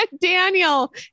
Daniel